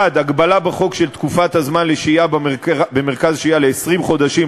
1. הגבלה בחוק של תקופת הזמן לשהייה במרכז השהייה ל-20 חודשים,